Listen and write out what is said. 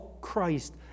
Christ